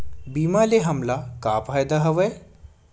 बीमा ले हमला का फ़ायदा हवय?